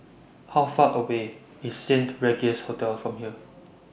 How Far away IS Saint Regis Hotel from here